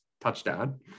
touchdown